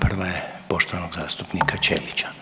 Prva je poštovanog zastupnika Ćelića.